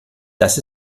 das